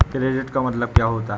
Credit का मतलब क्या होता है?